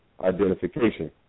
identification